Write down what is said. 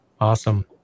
Awesome